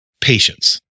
patience